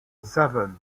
seven